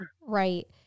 Right